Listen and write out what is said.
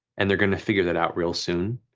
and they're gonna figure that out real soon,